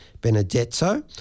Benedetto